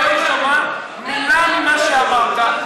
הוא לא שמע מילה ממה שאמרת,